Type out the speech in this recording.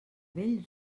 vell